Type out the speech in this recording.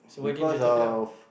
because of